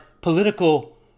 political